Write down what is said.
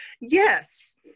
Yes